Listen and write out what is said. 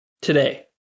today